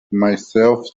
myself